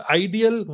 ideal